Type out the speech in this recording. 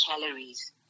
calories